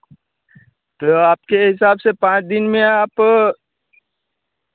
तो आपके हिसाब से पाँच दिन में आप